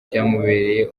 byamubereye